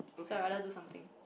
so I rather do something